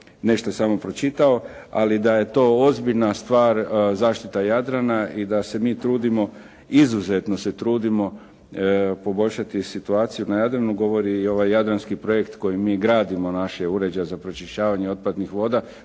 nešto samo pročitao. Ali da je to ozbiljna stvar zaštita Jadrana i da se mi trudimo, izuzetno se trudimo poboljšati situaciju na Jadranu govori i ovaj jadranski projekt koji mi gradimo, naš uređaj za pročišćavanje otpadnih voda.